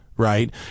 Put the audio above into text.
Right